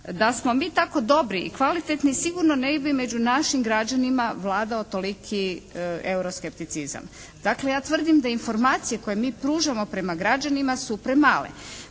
da smo mi danas tako dobi i kvalitetni sigurno ne bi među našim građanima vladao toliki euroskepticizam. Dakle ja tvrdim da informacije koje mi pružamo prema građanima su premale.